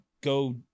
go